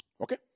Okay